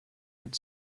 had